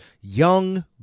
Young